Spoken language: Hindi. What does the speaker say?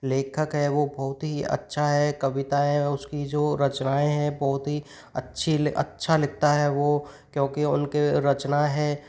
लेखक है वो बहुत ही अच्छा है कविताएँ उसकी जो रचनाएँ हैं बहुत ही अच्छी अच्छा लिखता है वो क्योंकि उनके रचना है